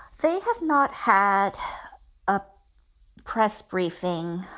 they have not had a press briefing.